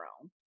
own